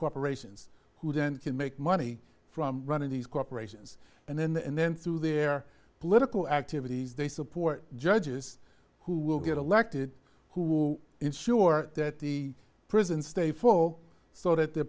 corporations who then can make money from running these corporations and then the and then through their political activities they support judges who will get elected who ensure that the prison stay full so that the